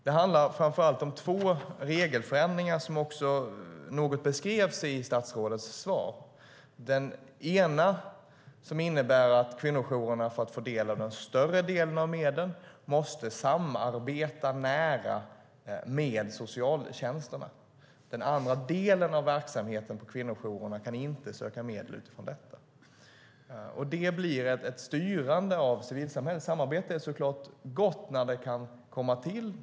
Det handlar framför allt om två regelförändringar, som något beskrevs i statsrådets svar. Den ena innebär att kvinnojourerna för att få del av den större delen av medlen måste samarbeta nära med socialtjänsterna. Den andra delen av verksamheten på kvinnojourerna kan inte söka medel utifrån detta. Det blir ett styrande av civilsamhället. Samarbete är såklart gott när det kan komma till.